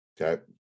Okay